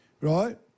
right